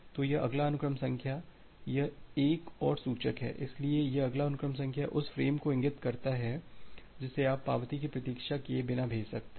तो यह अगला अनुक्रम संख्या यह एक और सूचक है इसलिए यह अगला अनुक्रम संख्या उस फ़्रेम को इंगित करता है जिसे आप पावती की प्रतीक्षा किए बिना भेज सकते हैं